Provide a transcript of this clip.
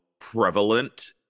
prevalent